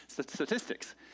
statistics